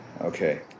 Okay